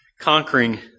Conquering